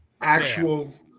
actual